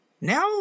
Now